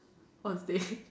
on stage